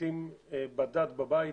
לעתים יושב קשיש בדד בבית,